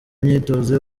myitozo